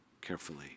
carefully